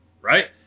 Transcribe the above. Right